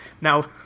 Now